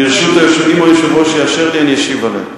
אם היושב-ראש יאשר לי אני אשיב עליה.